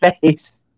face